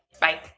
Bye